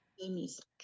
Music